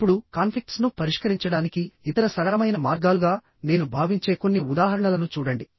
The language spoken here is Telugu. ఇప్పుడు కాన్ఫ్లిక్ట్స్ ను పరిష్కరించడానికి ఇతర సరళమైన మార్గాలుగా నేను భావించే కొన్ని ఉదాహరణలను చూడండి